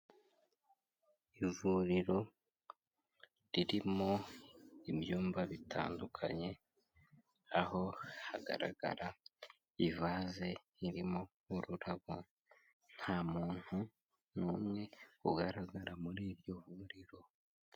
Ivuriro ririmo ibyumba bitandukanye, aho hagaragara ivaze irimo ururabo, nta muntu n'umwe ugaragara muri iryo vuriro.